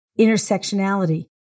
intersectionality